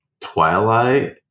Twilight